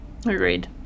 Agreed